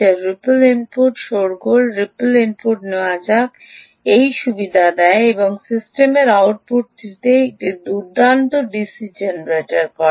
যা ripple input শোরগোল এবং রিপল ইনপুট নেওয়ার এই সুবিধা দেয় এবং সিস্টেমের আউটপুটটিতে একটি দুর্দান্ত ডিসি জেনারেট করে